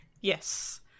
Yes